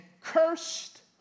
cursed